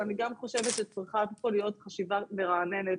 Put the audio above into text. אבל אני חושבת שצריכה להיות כאן חשיבה מרעננת,